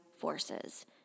forces